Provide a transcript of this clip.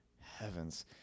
Heavens